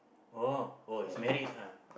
oh oh he's married ah